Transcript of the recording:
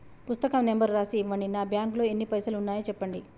పుస్తకం నెంబరు రాసి ఇవ్వండి? నా బ్యాంకు లో ఎన్ని పైసలు ఉన్నాయో చెప్పండి?